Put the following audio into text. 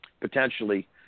potentially